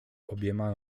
obiema